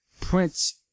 Prince